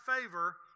favor